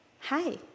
Hi